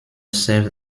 served